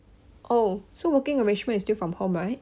oh so working arrangements is still from home right